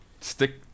stick